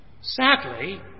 Sadly